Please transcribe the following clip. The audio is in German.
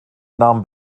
nahm